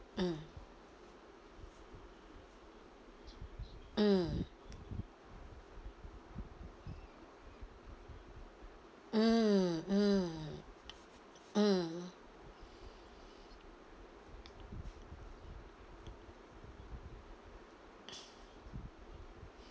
mm mm mm mm mm